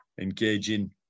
engaging